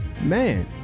man